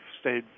stayed